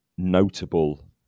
notable